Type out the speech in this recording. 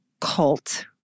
cult